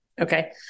Okay